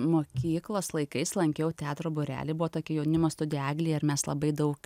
mokyklos laikais lankiau teatro būrelį buvo tokia jaunimo studija eglė ir mes labai daug